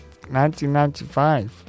1995